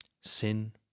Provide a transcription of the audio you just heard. Sin